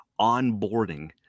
onboarding